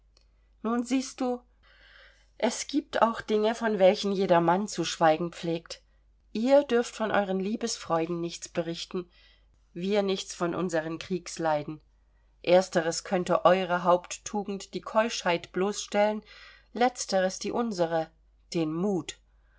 nun siehst du es gibt auch dinge von welchen jeder mann zu schweigen pflegt ihr dürft von euren liebesfreuden nichts berichten wir nichts von unseren kriegsleiden ersteres könnte eure haupttugend die keuschheit bloßstellen letzteres die unsere den mut